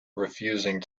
refusing